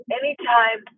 anytime